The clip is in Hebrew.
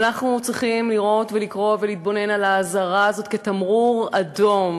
ואנחנו צריכים לראות ולקרוא ולהתבונן על האזהרה הזאת כתמרור אדום.